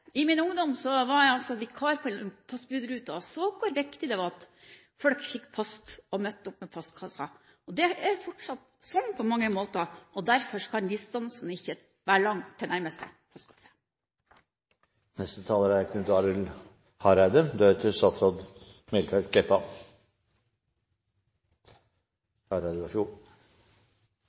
I min ungdom var jeg vikar på postbudruta og så hvor viktig det var at folk fikk post, og at de møtte opp ved postkassen. Det er fortsatt slik på mange måter, og derfor kan ikke distansen være lang til nærmeste postkasse. Me har fått ei god